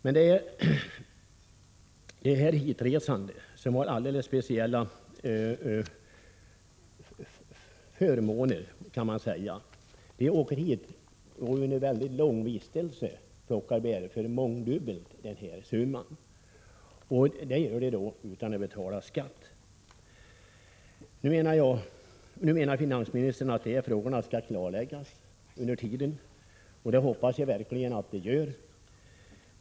Men de hitresande har alldeles speciella förmåner, kan man säga. De åker hit och plockar under en mycket lång vistelse bär för mångdubbelt större belopp än denna summa, och detta gör de utan att betala skatt. Finansministern meddelar att dessa frågor skall klarläggas. Jag hoppas att detta verkligen görs.